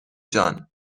جان